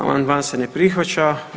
Amandman se ne prihvaća.